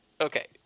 okay